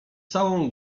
całą